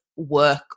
work